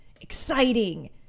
exciting